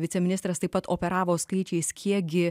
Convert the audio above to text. viceministras taip pat operavo skaičiais kiek gi